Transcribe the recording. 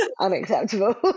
unacceptable